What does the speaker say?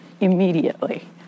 immediately